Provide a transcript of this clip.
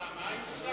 תקראו לו פעמיים שר?